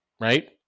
right